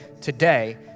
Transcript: today